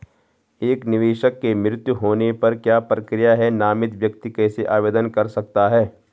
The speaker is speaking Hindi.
एक निवेशक के मृत्यु होने पर क्या प्रक्रिया है नामित व्यक्ति कैसे आवेदन कर सकता है?